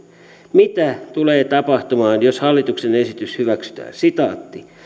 mitä tulee tapahtumaan jos hallituksen esitys hyväksytään